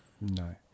No